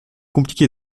compliqué